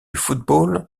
football